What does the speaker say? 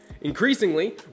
Increasingly